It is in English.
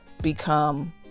become